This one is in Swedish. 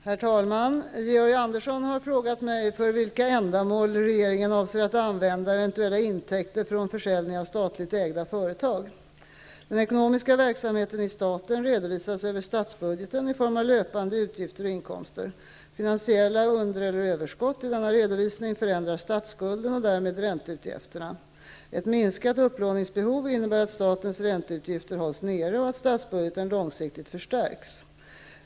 Herr talman! Georg Andersson har frågat mig för vilka ändamål regeringen avser att använda eventuella intäkter från försäljning av statligt ägda företag. Den ekonomiska verksamheten i staten redovisas över statsbudgeten i form av löpande utgifter och inkomster. Finansiella under eller överskott i denna redovisning förändrar statsskulden och därmed ränteutgifterna. Ett minskat upplåningsbehov innebär att statens ränteutgifter hålls nere och att statsbudgeten långsiktigt förstärks.